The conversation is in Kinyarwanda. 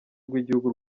rw’igihugu